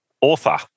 author